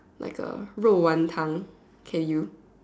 like a 肉丸汤 can you